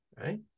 Right